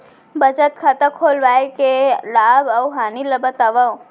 बचत खाता खोलवाय के लाभ अऊ हानि ला बतावव?